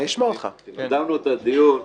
הקדמנו את הדיון בוועדה.